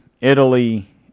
Italy